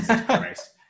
Christ